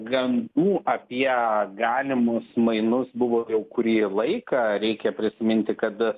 gandų apie galimus mainus buvo jau kurį laiką reikia prisiminti kad